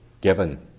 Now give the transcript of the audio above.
given